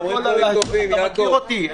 אתה מכיר אותי,